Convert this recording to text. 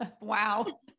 Wow